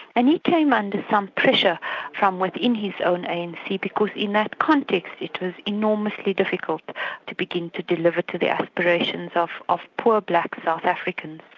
and he came under some pressure from within his own anc because in that context it was enormously difficult to begin to deliver to the aspirations of of poor black south africans.